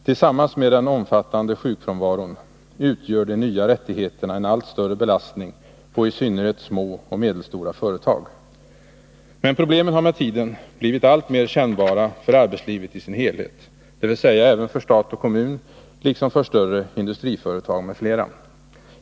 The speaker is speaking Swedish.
Tillsammans med en omfattande sjukfrånvaro utgör de nya rättigheterna en allt större belastning på i synnerhet små och medelstora företag. Men problemen har med tiden blivit alltmer kännbara för arbetslivet i dess helhet — dvs. även för stat och kommun liksom för större industriföretag m.fl.